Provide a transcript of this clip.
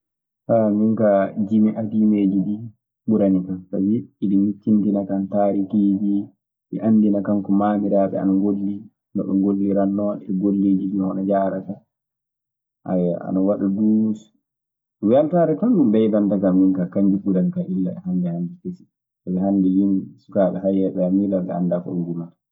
min kaa, jime adiimeeji ɗii ɓurani kan, sabi iɗi miccintina kan taarikiiji. Ɗi anndina kan ko maamiraaɓe an ngolli, no ɓe ngollitannoo, e golleeji ɗii hono njaharata. ana waɗa duu, weltaare tan ɗun ɓeydanta kan min kaa. Kanji ɓurani kan illa e hannde hannde kesi ɗii. Sabi hannde yimi sukaaɓe hayeeɓe ɓee, a miilan ɓe anndaa ko ɓe yimata.